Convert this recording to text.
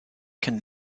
can